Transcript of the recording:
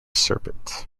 serpent